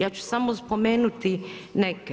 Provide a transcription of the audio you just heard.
Ja ću samo spomenuti neke.